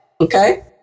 Okay